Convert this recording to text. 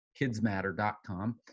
kidsmatter.com